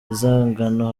inzangano